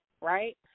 right